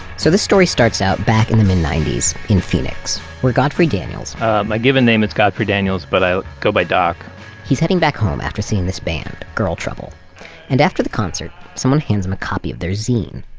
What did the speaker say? so this story starts out back in the mid-nineties in phoenix, with godfrey daniels my given name is godfrey daniels, but i go by doc he's heading back home after seeing this band girl trouble and after the concert, someone hands him a copy of their zine.